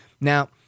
Now